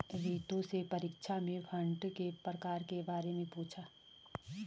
रितु से परीक्षा में फंड के प्रकार के बारे में पूछा